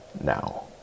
now